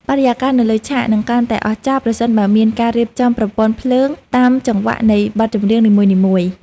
បរិយាកាសនៅលើឆាកនឹងកាន់តែអស្ចារ្យប្រសិនបើមានការរៀបចំប្រព័ន្ធភ្លើងតាមចង្វាក់នៃបទចម្រៀងនីមួយៗ។